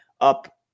up